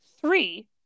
three